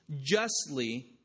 justly